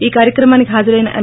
ఈ కార్యక్రమానికి హాజరైన ఎం